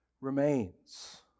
remains